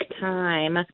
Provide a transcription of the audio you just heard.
time